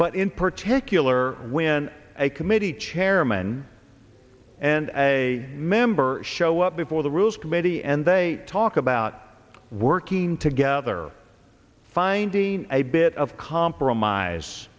but in particular when a committee chairman and a member show up before the rules committee and they talk about working together finding a bit of compromise